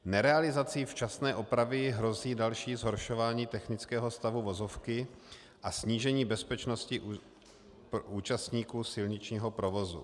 Nerealizací včasné opravy hrozí další zhoršování technického stavu vozovky a snížení bezpečnosti účastníků silničního provozu.